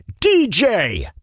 DJ